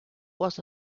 was